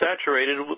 saturated